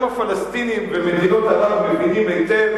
גם הפלסטינים ומדינות ערב מבינים היטב